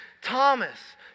Thomas